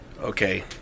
okay